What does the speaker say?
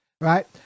right